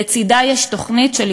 הצעירים, זה תקציב שרואה את כולנו.